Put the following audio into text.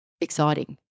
exciting